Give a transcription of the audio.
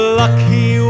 lucky